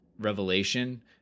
revelation